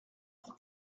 pour